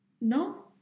No